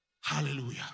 Hallelujah